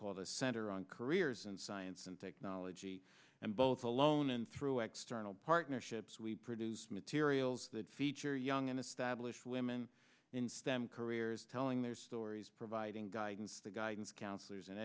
called the center on careers in science and technology and both alone and through external partnerships we produce materials that feature young and established women in stem careers telling their stories providing guidance the guidance counselors and